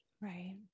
right